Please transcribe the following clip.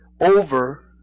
over